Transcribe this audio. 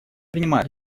принимает